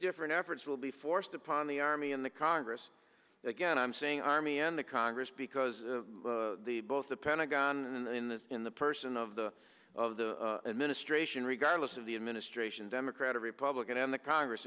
different efforts will be forced upon the army and the congress again i'm saying army and the congress because the both the pentagon and in the in the person of the of the administration regardless of the administration democrat or republican in the congress